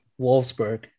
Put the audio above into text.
Wolfsburg